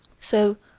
so,